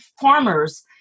farmers